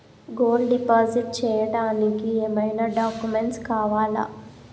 Gold deposit చేయడానికి ఏమైనా documents కావాలా?